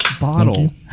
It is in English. bottle